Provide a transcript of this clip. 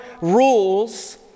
rules